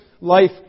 life